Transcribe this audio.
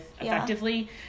effectively